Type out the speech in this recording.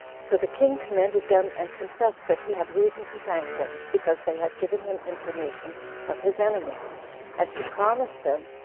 so the king commended them, and confessed that he had reason to thank them, because they had given him information of his enemy and he promised them,